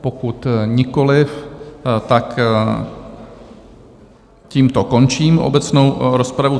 Pokud nikoliv, tak tímto končím obecnou rozpravu.